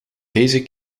deze